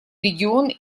регион